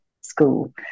school